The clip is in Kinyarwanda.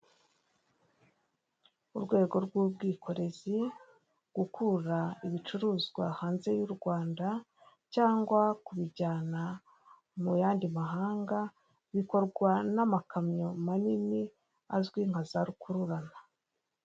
Urwego rw'ubwikorezi, gukura ibicuruzwa hanze y'u Rwanda cyangwa kubijyana mu yandi mahanga, bikorwa n'amakamyo manini, azwi nka za rukururana.